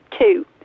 two